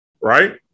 Right